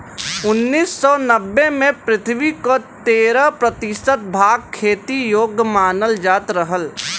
उन्नीस सौ नब्बे में पृथ्वी क तेरह प्रतिशत भाग खेती योग्य मानल जात रहल